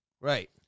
right